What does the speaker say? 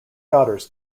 daughters